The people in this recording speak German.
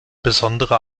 besondere